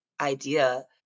idea